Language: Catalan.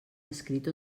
escrit